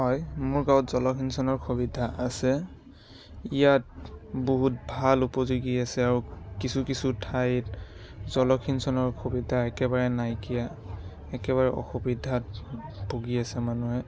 হয় মোৰ গাঁৱত জলসিঞ্চনৰ সুবিধা আছে ইয়াত বহুত ভাল উপযোগী আছে আৰু কিছু কিছু ঠাইত জলসিঞ্চনৰ সুবিধা একেবাৰে নাইকীয়া একেবাৰে অসুবিধাত ভুগি আছে মানুহে